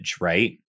Right